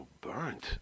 burnt